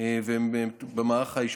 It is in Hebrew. והם במערך האשפוזי.